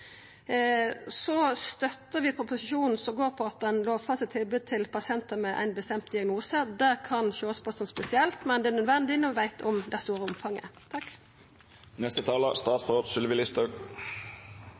Vi støttar proposisjonen, som går på at ein lovfestar tilbod til pasientar med ein bestemd diagnose. Det kan sjåast på som spesielt, men det er nødvendig – når vi veit om det store omfanget.